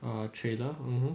ah trailer mmhmm